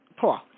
Paul